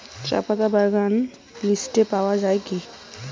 চাপাতা বাগান লিস্টে পাওয়া যায় কি?